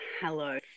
Hello